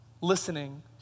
listening